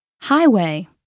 highway